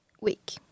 week